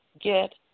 get